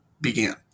began